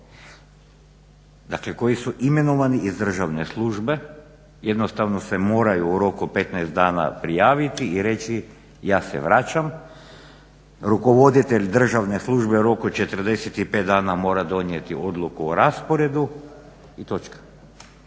Dakle, koji su imenovani iz državne službe jednostavno se moraju u roku 15 dana prijaviti i reći ja se vraćam. Rukovoditelj državne službe u roku od 45 dana mora donijeti odluku o rasporedu i točka.